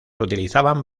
utilizaban